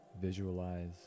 Visualize